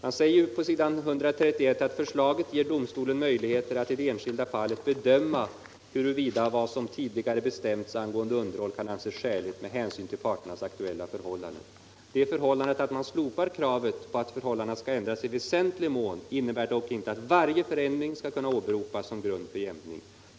På s. 131 står det: ”Förslaget ger domstolen möjligheter att i det enskilda fallet bedöma huruvida vad som tidigare bestämts angående underhåll kan anses skäligt med hänsyn till parternas aktuella förhållanden. Det förhållandet att man slopar kravet på att förhållandena skall ha ändrats i väsentlig mån innebär dock inte att varje förändring skall kunna åberopas som grund för jämkning.